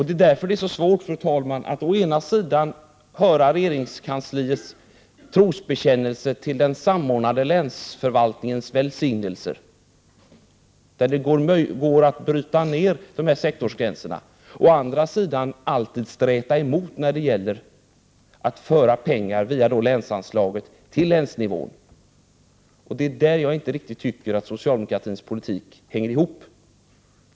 Det är därför svårt, fru talman, att å ena sidan höra regeringskansliets trosbekännelser om den samordnade länsförvaltningens välsignelser, där det går att bryta ner sektorsgränserna, och å andra sidan hela tiden streta emot när det gäller att föra pengar via länsanslaget till länsnivån. Jag tycker inte att socialdemokratins politik hänger ihop i det avseendet.